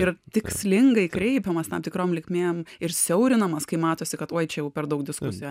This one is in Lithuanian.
ir tikslingai kreipiamas tam tikrom linkmėm ir siaurinamas kai matosi kad oj čia jau per daug diskusijų